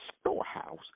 storehouse